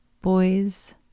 Boys